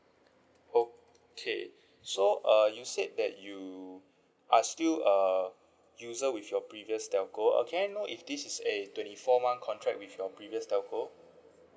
okay so uh you said that you are still a user with your previous telco uh can I know if this is a twenty four month contract with your previous telco